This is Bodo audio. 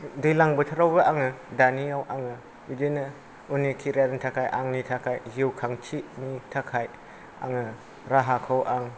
दैलां बोथोरावबो आङो दानियाव आङो बिदिनो उननि केरियारनि थाखाय आंनि थाखाय जिउ खांथिनि थाखाय आङो राहाखौ आं